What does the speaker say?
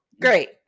Great